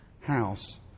house